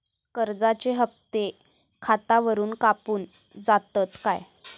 कर्जाचे हप्ते खातावरून कापून जातत काय?